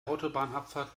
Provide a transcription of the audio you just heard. autobahnabfahrt